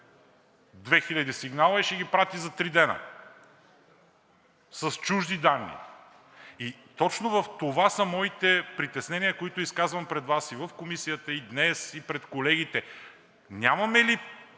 2000 сигнала и ще ги прати за три дни, с чужди данни. И точно в това са моите притеснения, които изказвам пред Вас, и в Комисията, и днес, и пред колегите. Нямаме ли